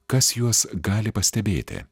kas juos gali pastebėti